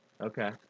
Okay